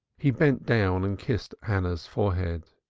he bent down and kissed hannah's forehead.